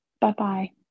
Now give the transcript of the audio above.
Bye-bye